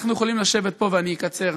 אנחנו יכולים לשבת פה, ואני אקצר,